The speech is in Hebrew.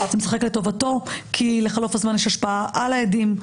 זה משחק לטובתו כי לחלוף הזמן יש השפעה על העדים,